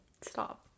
Stop